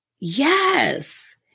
Yes